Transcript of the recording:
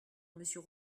monsieur